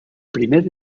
primer